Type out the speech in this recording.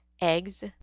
eggs